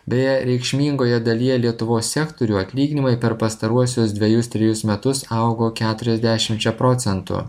beje reikšmingoje dalyje lietuvos sektorių atlyginimai per pastaruosius dvejus trejus metus augo keturiasdešimčia procentų